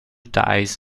dies